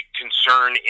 concern